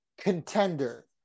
contender